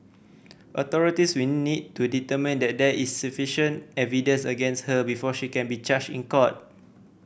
authorities will need to determine that there is sufficient evidence against her before she can be charged in court